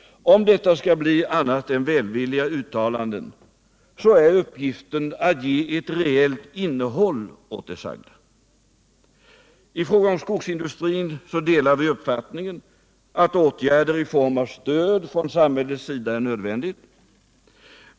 Om detta skall bli annat än välvilliga uttalanden är uppgiften nu att ge ett reellt innehåll åt det sagda. I fråga om skogsindustrin delar vi uppfattningen att åtgärder i form av stöd från samhällets sida är nödvändiga.